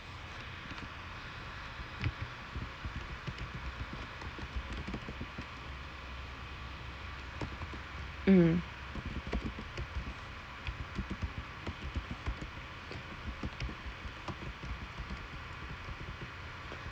mm